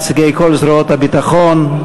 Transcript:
נציגי כל זרועות הביטחון,